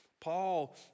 Paul